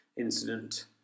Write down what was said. incident